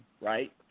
right